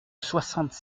soixante